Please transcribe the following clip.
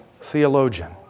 theologian